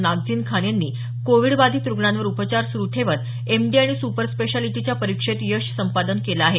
नागझीन खान हीनं कोविड बाधित रुग्णांवर उपचार सुरु ठेवत एमडी आणि सुपरस्पेशालिटीच्या परिक्षेत यश संपादन केलं आहे